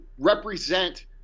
represent